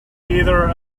either